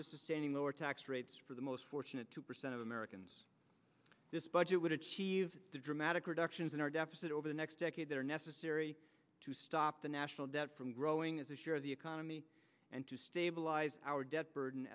to sustaining lower tax rates for the most fortunate two percent of americans this budget would achieve dramatic reductions in our deficit over the next decade that are necessary to stop the national debt from growing as a share of the economy and to stabilize our debt burden